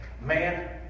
man